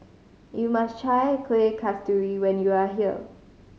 you must try Kueh Kasturi when you are here